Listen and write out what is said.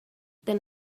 then